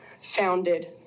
founded